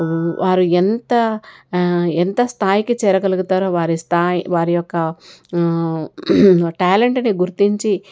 వారు ఎంత ఎంత స్థాయికి చేరగలుగుతారో వారి స్థాయి వారి యొక్క టాలెంట్ని గుర్తించి